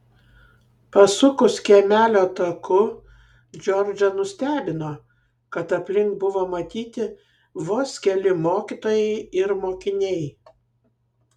pasukus kiemelio taku džordžą nustebino kad aplink buvo matyti vos keli mokytojai ir mokiniai